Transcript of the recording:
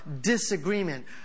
disagreement